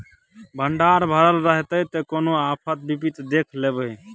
भंडार भरल रहतै त कोनो आफत विपति देख लेबै